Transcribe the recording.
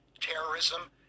terrorism